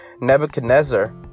Nebuchadnezzar